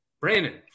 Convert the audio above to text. Brandon